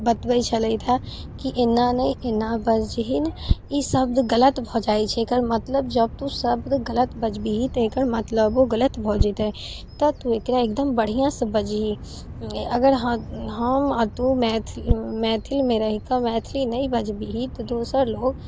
बतबे छलथि हँ की एना नहि एना बजहिन ई शब्द गलत भऽ जाइत छै एकर मतलब जब तू शब्द गलत बजबिही तऽ एकर मतलबो गलत भऽ जेतै तै तू एकरा एकदम बढ़िआँ से बजही अगर हम आ तू मे मैथिली मैथिलमे रहिके मैथिली नहि बजबिही तऽ दोसर लोग